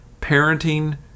Parenting